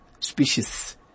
Species